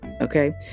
okay